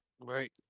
Right